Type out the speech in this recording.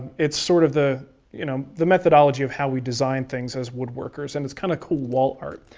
it's sort of the you know the methodology of how we design things as woodworkers, and it's kind of cool wall art.